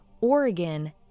Oregon